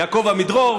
יעקב עמידרור,